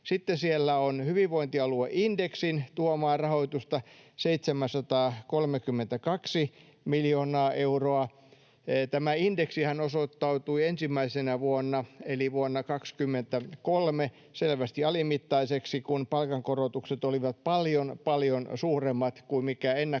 Sitten siellä on hyvinvointialueindeksin tuomaa rahoitusta 732 miljoonaa euroa. Tämä indeksihän osoittautui ensimmäisenä vuonna eli vuonna 23 selvästi alimittaiseksi, kun palkankorotukset olivat paljon paljon suuremmat kuin mitä ennakkoon